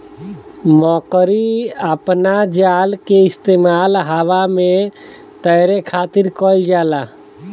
मकड़ी अपना जाल के इस्तेमाल हवा में तैरे खातिर कईल जाला